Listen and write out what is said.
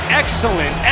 excellent